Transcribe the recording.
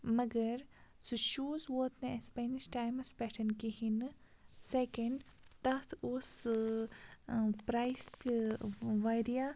مگر سُہ شوٗز ووت نہٕ اَسہِ پنٛنِس ٹایمَس پٮ۪ٹھ کِہیٖنۍ نہٕ سٮ۪کٮ۪نٛڈ تَتھ اوس پرٛایِس تہِ واریاہ